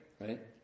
right